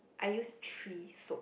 I use three soap